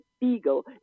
Beagle